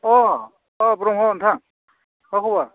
अ' औ ब्रह्म नोंथां मा खबर